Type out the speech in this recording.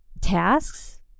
tasks